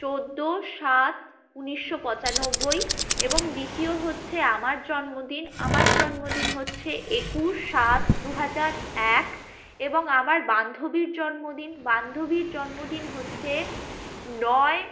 চোদ্দো সাত উনিশশো পঁচানব্বই এবং দ্বিতীয় হচ্ছে আমার জন্মদিন আমার জন্মদিন হচ্ছে একুশ সাত দু হাজার এক এবং আমার বান্ধবীর জন্মদিন বান্ধবীর জন্মদিন হচ্ছে নয়